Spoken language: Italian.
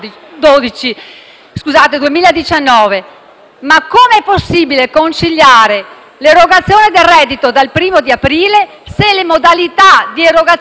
come è possibile conciliare l'erogazione del reddito dal 1° aprile se le modalità di erogazione dello stesso